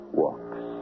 walks